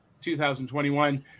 2021